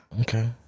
Okay